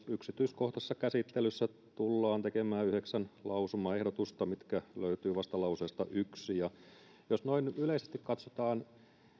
yksityiskohtaisessa käsittelyssä tulemme tekemään yhdeksän lausumaehdotusta mitkä löytyvät vastalauseesta yksi jos noin yleisesti katsotaan